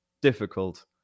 difficult